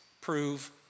prove